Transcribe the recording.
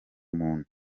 umuntu